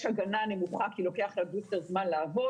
הגנה נמוכה כי לוקח לבוסטר זמן לעבוד,